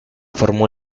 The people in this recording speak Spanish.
formó